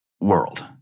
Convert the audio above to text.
world